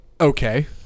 Okay